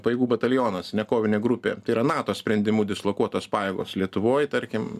pajėgų batalionas ane kovinė grupė tai yra nato sprendimu dislokuotos pajėgos lietuvoj tarkim